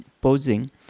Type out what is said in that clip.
posing